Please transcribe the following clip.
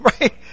Right